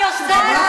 אני עושה את זה.